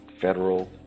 federal